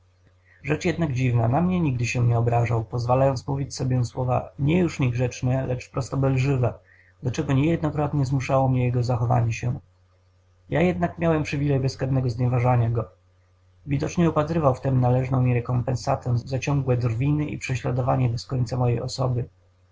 rzecz jednak dziwna na mnie nigdy się nie obrażał pozwalając mówić sobie słowa nie już niegrzeczne lecz wprost obelżywe do czego niejednokrotnie zmuszało mnie jego zachowanie się ja jeden miałem przywilej bezkarnego znieważania go widocznie upatrywał w tem należną mi rekompensatę za ciągłe drwiny i prześladowanie bez końca mojej osoby